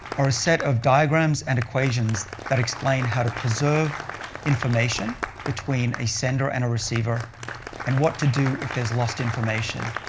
are a set of diagrams and equations that explain how to preserve information between a sender and a receiver and what to do if there's lost information.